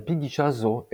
על פי גישה זו,